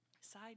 side